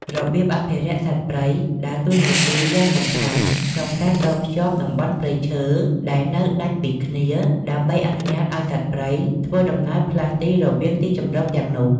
របៀងអភិរក្សសត្វព្រៃ ដើរតួនាទីយ៉ាងសំខាន់ក្នុងការតភ្ជាប់តំបន់ព្រៃឈើដែលនៅដាច់ពីគ្នា ដើម្បីអនុញ្ញាតឱ្យសត្វព្រៃធ្វើដំណើរផ្លាស់ទីរវាងទីជម្រកទាំងនោះ។